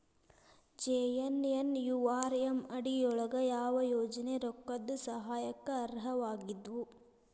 JNNURM ಅಡಿ ಯೊಳಗ ಯಾವ ಯೋಜನೆ ರೊಕ್ಕದ್ ಸಹಾಯಕ್ಕ ಅರ್ಹವಾಗಿದ್ವು?